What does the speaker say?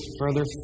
further